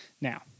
Now